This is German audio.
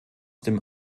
dem